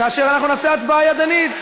כאשר אנחנו נעשה הצבעה ידנית.